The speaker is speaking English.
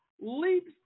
leaps